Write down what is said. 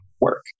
work